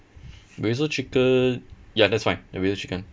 basil chicken ya that's fine the basil chicken